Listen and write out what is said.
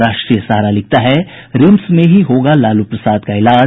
राष्ट्रीय सहारा लिखता है रिम्स में ही होगा लालू प्रसाद का इलाज